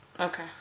Okay